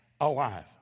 alive